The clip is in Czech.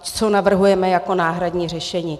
Co navrhujeme jako náhradní řešení.